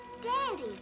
Daddy